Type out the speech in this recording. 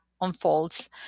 unfolds